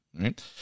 right